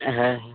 হ্যাঁ হ্যাঁ